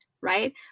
right